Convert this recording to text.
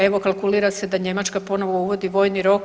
Evo kalkulira se da Njemačka ponovo uvodi vojni rok.